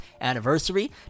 anniversary